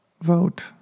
vote